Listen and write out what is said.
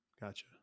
Gotcha